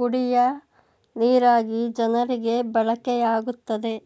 ಕುಡಿಯ ನೀರಾಗಿ ಜನರಿಗೆ ಬಳಕೆಯಾಗುತ್ತದೆ